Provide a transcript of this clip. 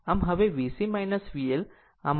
આમ આ હવે VC VL